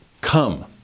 Come